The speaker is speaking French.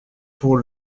pour